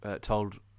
told